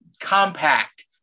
compact